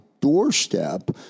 doorstep